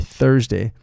Thursday